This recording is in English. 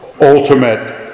ultimate